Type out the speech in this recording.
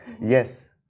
Yes